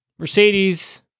Mercedes